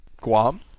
guam